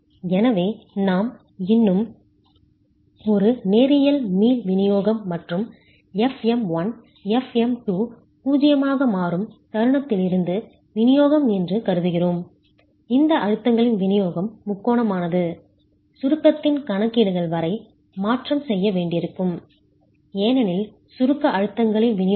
எனவே நாம் இன்னும் ஒரு நேரியல் மீள் விநியோகம் மற்றும் fm1 fm2 0 ஆக மாறும் தருணத்திலிருந்து விநியோகம் என்று கருதுகிறோம் இந்த அழுத்தங்களின் விநியோகம் முக்கோணமானது சுருக்கத்தின் கணக்கீடுகள் வரை மாற்றம் செய்ய வேண்டியிருக்கும் ஏனெனில் சுருக்க அழுத்தங்களின் விநியோகம்